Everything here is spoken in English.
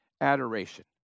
adoration